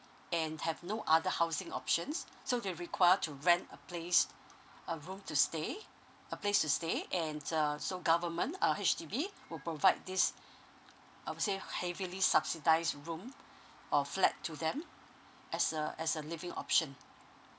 and have no other housing options so they require to rent a place a room to stay a place to stay and uh so government uh H_D_B will provide this I would say heavily subsidized room or flat to them as a as a living option